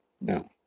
No